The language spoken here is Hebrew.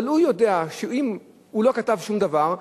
אבל הוא יודע שאם הוא לא כתב שום דבר,